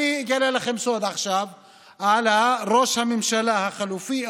אני אגלה לכם עכשיו סוד על ראש הממשלה החלופי,